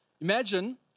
Imagine